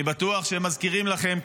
אני בטוח שהם מזכירים לכם,